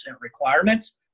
requirements